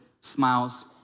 smiles